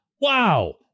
Wow